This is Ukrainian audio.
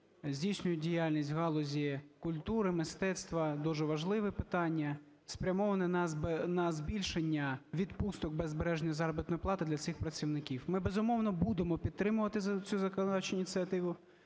здійснюють діяльність в галузі культури, мистецтва, дуже важливе питання, спрямоване на збільшення відпусток без збереження заробітної плати для цих працівників. Ми, безумовно, будемо підтримувати цю законодавчу ініціативу.